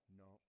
no